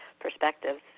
perspectives